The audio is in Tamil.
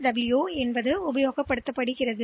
டபிள்யூ ரெஜிஸ்டர்நிலை பதிவேட்டில் ஏற்றப்படும்